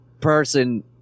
person